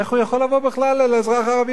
איך הוא יכול לבוא בכלל לאזרח הערבי